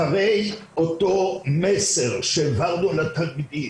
אחרי אותו מסר שהעברנו לתלמידים,